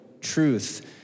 truth